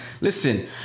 listen